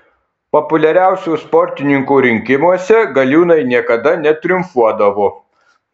populiariausių sportininkų rinkimuose galiūnai niekada netriumfuodavo